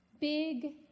Big